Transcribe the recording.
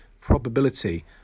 probability